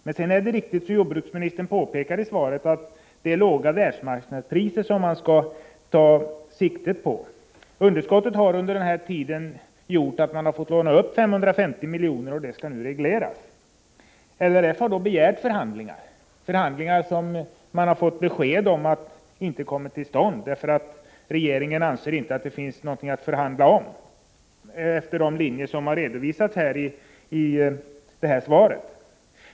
Men det är riktigt som jordbruksministern påpekar i svaret att man skall ta sikte på låga världsmarknadspriser. Underskottet har under den aktuella tiden gjort att det varit nödvändigt att låna upp 550 milj.kr., och detta skall nu regleras. LRF har då begärt förhandlingar men fått beskedet att förhandlingar inte kommer till stånd därför att regeringen anser att det inte finns någonting att förhandla om, enligt de linjer som redovisats i svaret.